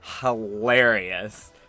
hilarious